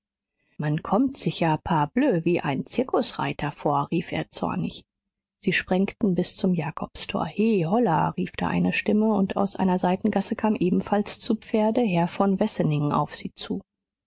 man kommt sich ja parbleu wie ein zirkusreiter vor rief er zornig sie sprengten bis zum jakobstor he holla rief da eine stimme und aus einer seitengasse kam ebenfalls zu pferde herr von wessenig auf sie zu